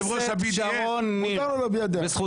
לא ללכת כי הרמטכ"ל אמר לא ללכת?